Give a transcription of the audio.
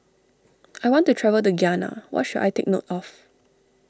I want to travel to Ghana what should I take note of